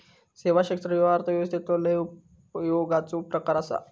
सेवा क्षेत्र ह्यो अर्थव्यवस्थेचो लय उपयोगाचो प्रकार आसा